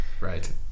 right